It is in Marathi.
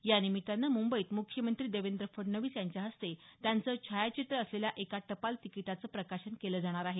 या निमित्तानं मुंबईत मुख्यमंत्री देवेंद्र फडणवीस यांच्या हस्ते त्यांचं छायाचित्र असलेल्या एका टपाल तिकीटाचं प्रकाशन केलं जाणार आहे